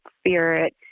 Spirit